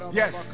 yes